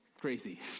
crazy